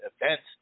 events